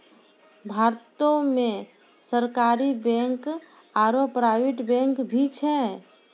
भारतो मे सरकारी बैंक आरो प्राइवेट बैंक भी छै